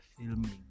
filming